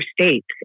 states